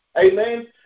Amen